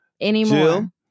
anymore